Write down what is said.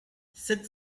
sept